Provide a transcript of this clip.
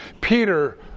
Peter